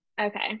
Okay